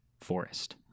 forest